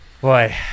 Boy